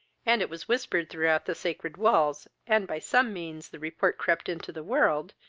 and it was whispered throughout the sacred walls, and by some means the report crept into the world,